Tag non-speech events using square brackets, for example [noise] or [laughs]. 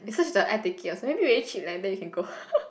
eh search the air ticket also maybe very cheap leh then we can go [laughs]